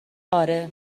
آره